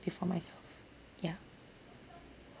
before myself ya